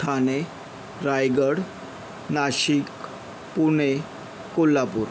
Thane Raigad Nashik Pune Kolhapur